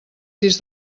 sis